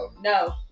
no